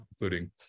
including